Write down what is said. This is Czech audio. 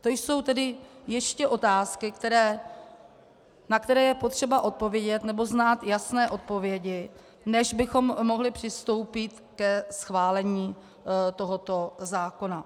To jsou tedy ještě otázky, na které je potřeba odpovědět nebo znát jasné odpovědi, než bychom mohli přistoupit ke schválení tohoto zákona.